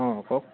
অঁ কওক